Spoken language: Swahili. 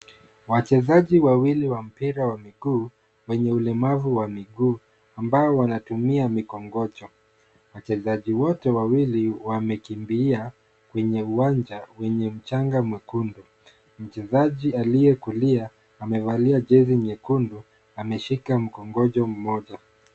Wachezaji wawili wa mpira wa miguu wenye ulemavu wa miguu ambao wanatumia mikongojo. Wachezaji wote wawili wamekimbia kwenye uwanja wenye mchanga mwekundu , mchezaji aliye kulia amevalia jezi nyekundu ameshika mkongojo mmoja.